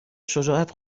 شجاعت